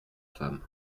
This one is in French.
femmes